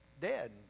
dead